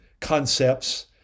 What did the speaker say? concepts